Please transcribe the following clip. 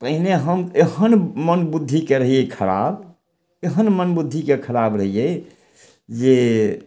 पहिने हम एहन मन्दबुद्धिके रहियै खराब एहन मन्दबुद्धिके खराब रहियै जे